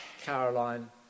Caroline